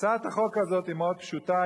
הצעת החוק הזאת היא מאוד פשוטה.